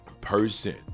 person